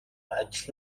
ажил